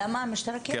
למה המשטרה כן צריכה ---?